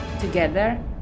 Together